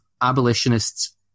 abolitionists